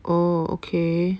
oh okay